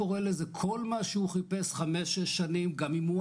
כל מה שהוא חיפש חמש שש שנים גם אם הוא